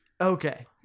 Okay